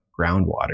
groundwater